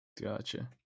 Gotcha